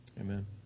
Amen